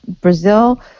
Brazil